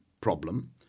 problem